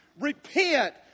repent